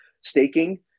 staking